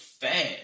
fast